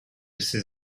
ces